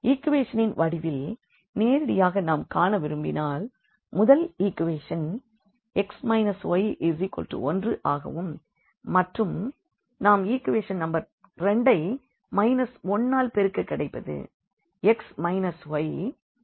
ஈக்வேஷனின் வடிவில் நேரடியாக நாம் காண விரும்பினால் முதல் ஈக்வேஷன் x y1 ஆகவும் மற்றும் நாம் ஈக்வேஷன் நம்பர் 2 ஐ 1ஆல் பெருக்கக் கிடைப்பது x y 2